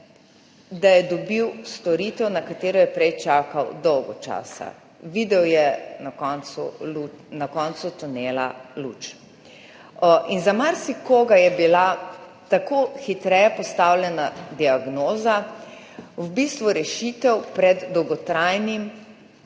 da je dobil storitev, na katero je prej čakal dolgo časa. Videl je na koncu tunela luč. Za marsikoga je bila tako hitreje postavljena diagnoza v bistvu rešitev pred dolgotrajnim